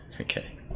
Okay